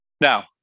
now